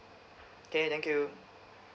okay thank you